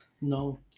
No